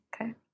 Okay